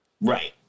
Right